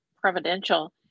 providential